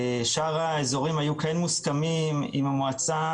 שאר האזורים היו כן מוסכמים עם המועצה